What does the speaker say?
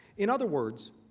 in other words,